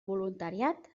voluntariat